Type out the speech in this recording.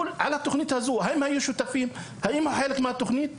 האם הם היו שותפים ולקחו חלק בתוכנית?